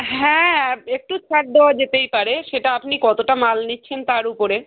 হ্যাঁ একটু ছাড় দেওয়া যেতেই পারে সেটা আপনি কতোটা মাল নিচ্ছেন তার উপরে